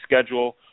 schedule